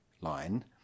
line